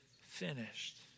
finished